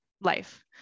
life